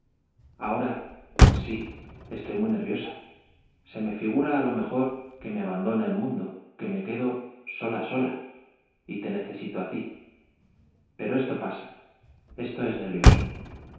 ahora sí estoy muy nerviosa se me figura a lo mejor que me abandona el mundo que me quedo sola sola y te necesito a ti pero esto pasa esto es nervioso